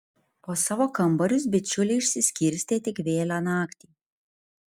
po savo kambarius bičiuliai išsiskirstė tik vėlią naktį